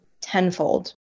tenfold